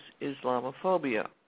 Islamophobia